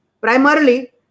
Primarily